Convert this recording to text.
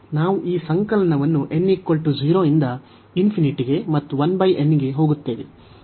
ನಾವು ಈ ಸಂಕಲನವನ್ನು n 0 ಇಂದ ∞ ಗೆ ಮತ್ತು 1 n ಗೆ ಹೋಗುತ್ತೇವೆ